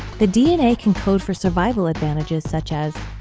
the dna can code for survival advantages such as